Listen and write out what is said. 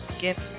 gift